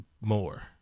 more